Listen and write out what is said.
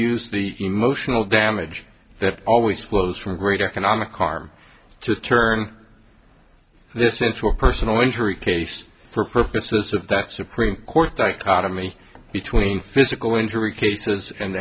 use the emotional damage that always flows from great economic harm to turn this into a personal injury case for purposes of the supreme court i caught a me between physical injury cases and